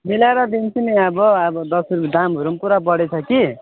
मिलाएर दिन्छु नि अब अब दस रुपियाँ दामहरू पनि पुरा बढेको छ कि